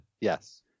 Yes